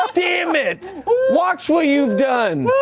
goddamn it! watch what you've done.